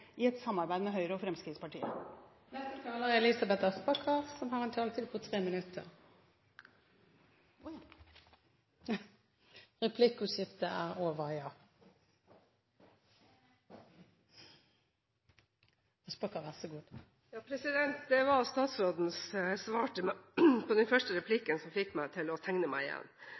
i et samarbeid med Høyre og Fremskrittspartiet. Replikkordskiftet er omme. De talerne som heretter får ordet, har en taletid på inntil 3 minutter. Det var statsrådens svar til meg på den første replikken som fikk meg til å tegne meg igjen.